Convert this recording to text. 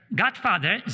godfather